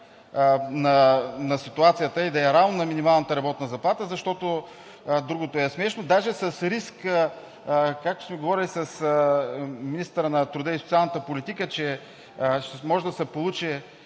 на ситуацията и да е равно на минималната работна заплата, защото другото е смешно. Даже с риск, както сме говорили с министъра на труда и социалната политика, че може да се получи